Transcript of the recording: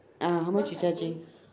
ah how much you charging